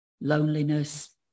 loneliness